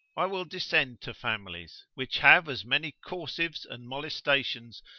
i will descend to families, which have as many corsives and molestations,